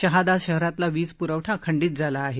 शहादा शहरातला वीजप्रवठा खंडीत झाला आहे